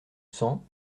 cent